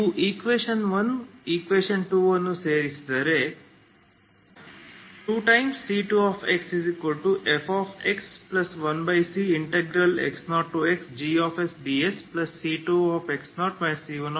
ನೀವು eq1 eq ಅನ್ನು ಸೇರಿಸಿದರೆ 2